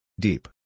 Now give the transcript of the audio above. Deep